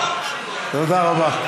תודה רבה.